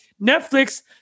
Netflix